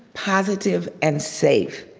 positive and safe.